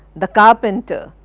the carpenter,